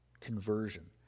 conversion